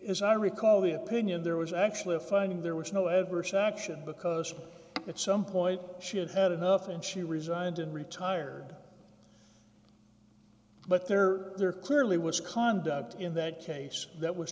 as i recall the opinion there was actually a finding there was no adverse action because at some point she had had enough and she resigned and retired but there there clearly was conduct in that case that was